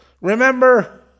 Remember